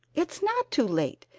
it's not too late.